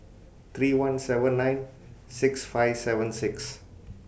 three one seven nine six five seven six